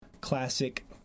classic